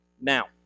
Now